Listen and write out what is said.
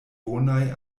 bonaj